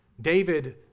David